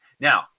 Now